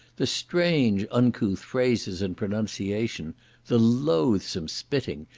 the strange uncouth phrases and pronunciation the loathsome spitting,